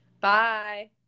Bye